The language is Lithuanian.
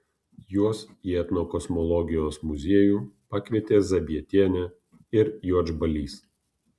juos į etnokosmologijos muziejų pakvietė zabietienė ir juodžbalys